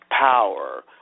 power